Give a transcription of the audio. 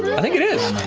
i think it is,